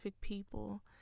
people